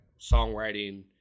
songwriting